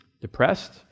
depressed